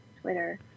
twitter